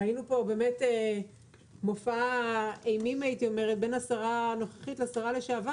ראינו מופע אימים בין השרה הנוכחית לשרה לשעבר.